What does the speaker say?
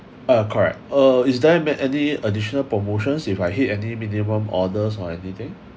uh correct uh is there any additional promotions if I hit any minimum orders or anything